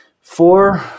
Four